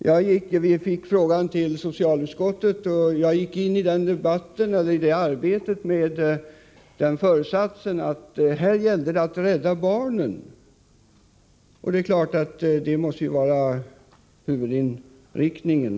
Vi fick den frågan till socialberedningen, och jag gick till det arbetet med föresatsen att det här gällde att rädda barnen. Det måste självfallet vara huvudinriktningen.